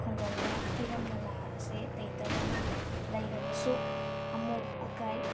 ꯈꯨꯡꯒꯪꯗ ꯏꯔꯝ ꯅꯂꯥ ꯑꯁꯦ ꯂꯩꯇꯕꯅ ꯂꯩꯔꯕꯁꯨ ꯑꯃꯣꯠ ꯑꯀꯥꯏ